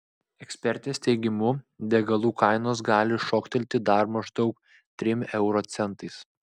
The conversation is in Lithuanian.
ekspertės teigimu degalų kainos gali šoktelti dar maždaug trim euro centais